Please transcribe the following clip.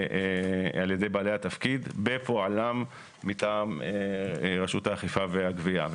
על ידי בעלי התפקיד בפועלם מטעם רשות האכיפה והגבייה.